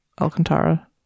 Alcantara